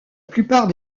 plupart